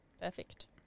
Perfect